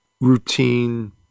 routine